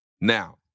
Now